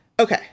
okay